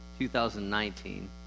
2019